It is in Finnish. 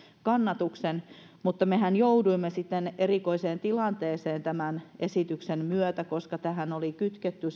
kannatuksen mutta mehän jouduimme sitten erikoiseen tilanteeseen tämän esityksen myötä koska tämän yhteyteen oli kytketty